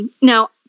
Now